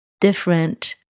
different